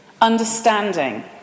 understanding